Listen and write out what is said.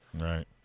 Right